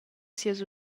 sias